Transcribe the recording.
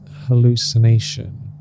hallucination